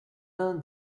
l’un